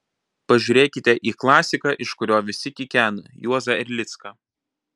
pažiūrėkite į klasiką iš kurio visi kikena juozą erlicką